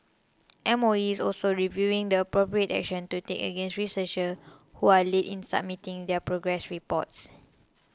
M O E is also reviewing the appropriate action to take against researchers who are late in submitting their progress reports